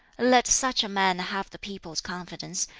let such a man have the people's confidence,